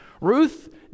Ruth